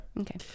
Okay